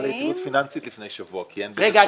ליציבות פיננסית לפני שבוע כי --- רגע,